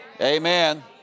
Amen